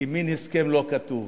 כמין הסכם לא כתוב.